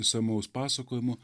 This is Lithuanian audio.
išsamaus pasakojimo